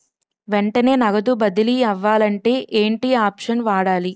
వెంటనే నగదు బదిలీ అవ్వాలంటే ఏంటి ఆప్షన్ వాడాలి?